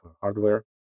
hardware